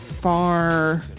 Far